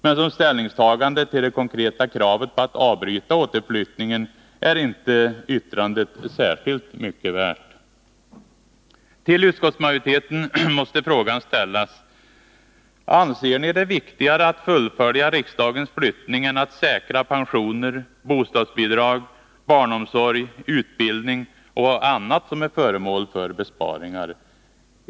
Men som ställningstagande till det konkreta kravet på att avbryta återflyttningen är inte yttrandet särskilt mycket värt. Till utskottsmajoriteten måste frågan ställas: Anser ni det viktigare att fullfölja riksdagens flyttning än att säkra pensioner, bostadsbidrag, barnomsorg, utbildning och annat som är föremål för besparingar?